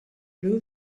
blue